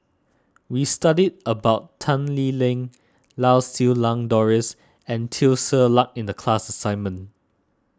we studied about Tan Lee Leng Lau Siew Lang Doris and Teo Ser Luck in the class assignment